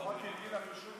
עשר דקות לאדוני.